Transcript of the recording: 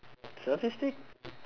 selfie stick